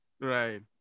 Right